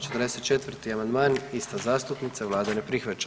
44. amandman ista zastupnica, vlada ne prihvaća.